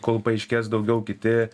kol paaiškės daugiau kiti